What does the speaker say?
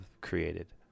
created